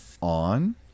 on